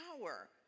power